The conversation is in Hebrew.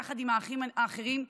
יחד עם האחים האחרים,